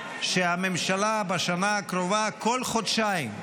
שהממשלה בשנה הקרובה, כל חודשיים,